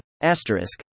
Asterisk